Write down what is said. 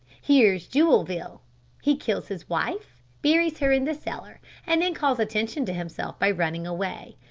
here's jewelville he kills his wife, buries her in the cellar, and then calls attention to himself by running away.